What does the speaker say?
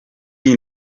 iyi